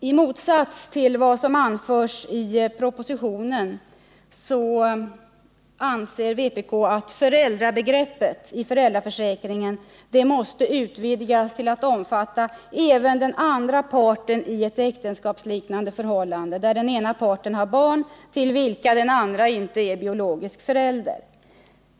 I motsats till vad som anförs i propositionen anser vpk att föräldrabegreppet i föräldraförsäkringen måste utvidgas till att omfatta även den andra parten i ett äktenskapsliknande förhållande, där den ena parten har barn till vilket den andra inte är biologisk förälder.